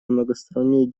многосторонней